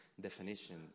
Definition